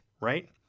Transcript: right